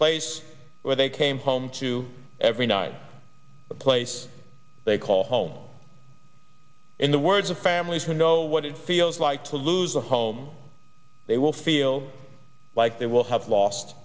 place where they came home to every night a place they call home and in the words of families can go what it feels like to lose a home they will feel like they will have lost